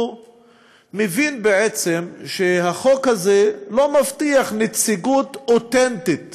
הוא מבין בעצם שהחוק הזה לא מבטיח נציגות אותנטית